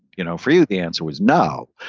you know for you, the answer was no.